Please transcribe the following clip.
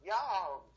Y'all